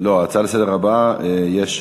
ההצעה הבאה לסדר-היום,